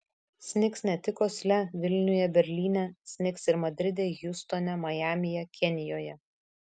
snigs ne tik osle vilniuje berlyne snigs ir madride hjustone majamyje kenijoje